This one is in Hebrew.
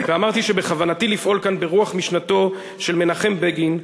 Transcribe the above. ואמרתי שבכוונתי לפעול כאן ברוח משנתו של מנחם בגין,